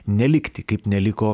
nelikti kaip neliko